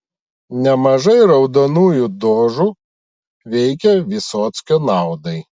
nemažai raudonųjų dožų veikė vysockio naudai